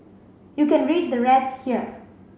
you can read the rest here